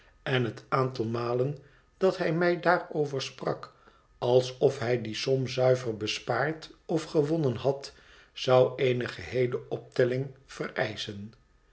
en het aantal malen dat hij mij daarover sprak alsof hij die som zuiver bespaard of gewonnen had zou eene geheele optelling vereischen